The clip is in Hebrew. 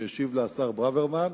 שהשיב עליה השר ברוורמן,